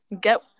Get